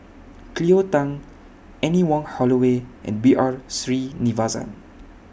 Cleo Thang Anne Wong Holloway and B R Sreenivasan